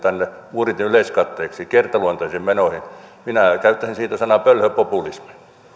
budjetin yleiskatteeksi kertaluonteisiin menoihin minä käyttäisin siitä sanaa pölhöpopulismi